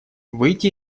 выйти